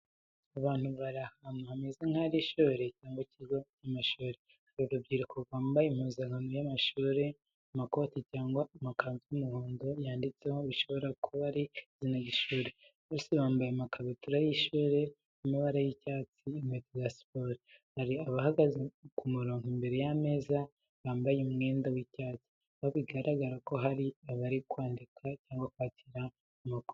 Abantu bari ahantu hameze nk’ah’ishuri cyangwa ikigo cy’amashuri. Hari urubyiruko rwambaye impuzankano y’amashuri, amakoti cyangwa amakanzu y’umuhondo yanditseho bishobora kuba ari izina ry’ishuri. Bose bambaye amakabutura y’ishuri amabara y’icyatsi, inkweto za siporo. Hari abahagaze mu murongo imbere y’ameza yambaye umwenda w’icyatsi, aho bigaragara ko hari abari kwandika cyangwa kwakira amakuru.